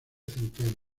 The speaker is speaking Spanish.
centeno